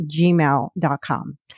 gmail.com